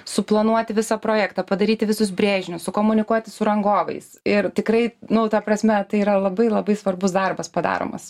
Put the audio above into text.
suplanuoti visą projektą padaryti visus brėžinius su sukomunikuoti su rangovais ir tikrai nu ta prasme tai yra labai labai svarbus darbas padaromas